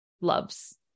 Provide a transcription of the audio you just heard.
loves